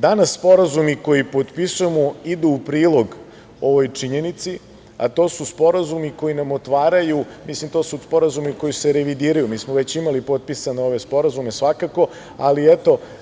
Danas sporazumi koje potpisujemo idu u prilog ovoj činjenici, a to su sporazumi koji nam otvaraju, to su sporazumi koji se revidiraju, jer mi smo već imali potpisane ove sporazume svakako, ali